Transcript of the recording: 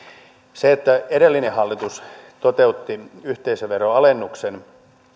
edellinen hallitus toteutti yhteisöveron alennuksen